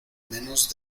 menos